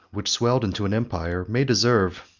which swelled into an empire, may deserve,